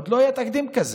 עוד לא היה תקדים כזה.